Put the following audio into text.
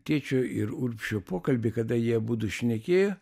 tėčio ir urbšio pokalbį kada jie abudu šnekėjo